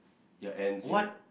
ya and